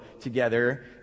together